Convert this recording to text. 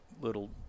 little